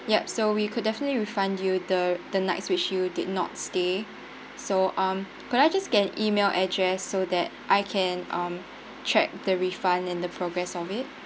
yup so we could definitely refund you the the nights which you did not stay so um could I just get email address so that I can um check the refund and the progress of it